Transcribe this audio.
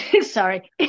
sorry